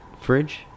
fridge